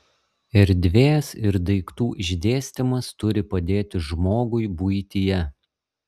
erdvės ir daiktų išdėstymas turi padėti žmogui buityje